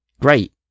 Great